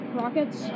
rockets